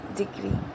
degree